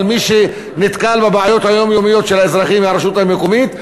אבל מי שנתקל בבעיות היומיומיות של האזרחים הוא הרשות המקומית,